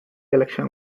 election